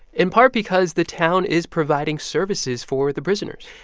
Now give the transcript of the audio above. in part because the town is providing services for the prisoners.